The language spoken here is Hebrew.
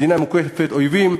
מדינה מוקפת אויבים,